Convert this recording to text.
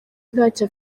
ntacyo